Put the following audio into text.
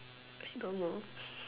I don't know